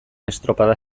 estropada